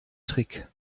trick